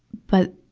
but,